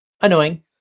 Annoying